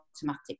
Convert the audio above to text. automatic